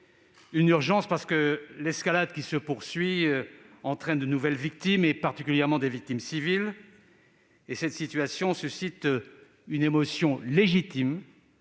Une urgence, parce que l'escalade qui se poursuit entraîne de nouvelles victimes, particulièrement des victimes civiles. Cette situation suscite une émotion légitime,